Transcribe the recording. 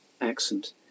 accent